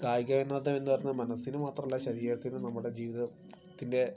കായിക വിനോദം എന്നുപറഞ്ഞാൽ മനസ്സിനു മാത്രമല്ല ശരീരത്തിനും നമ്മുടെ ജീവിതത്തിൻ്റെ